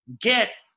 get